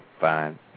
fine